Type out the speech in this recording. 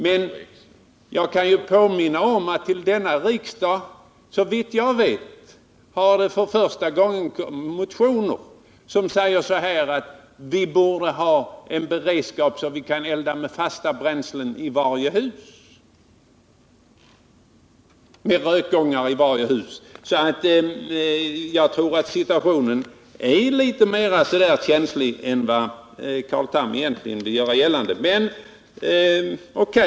Men jag kan påminna om att det till detta riksmöte, såvitt jag vet för första gången, har väckts motioner om att vi borde ha en beredskap för att elda med fasta bränslen, med rökgångar i varje hus osv. Jag tror alltså att situationen är litet mer känslig än vad Carl Tham vill göra gällande.